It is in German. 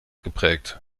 geprägt